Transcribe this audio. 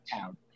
town